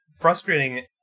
frustrating